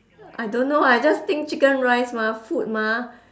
I don't know I just think chicken rice mah food mah